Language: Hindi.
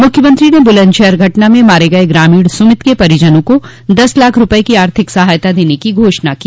मुख्यमंत्री ने बुलन्दशहर घटना में मारे गये ग्रामीण सुमित के परिजनों को दस लाख रूपये की आर्थिक सहायता देने की घोषणा की